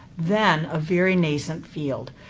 then a very nascent field.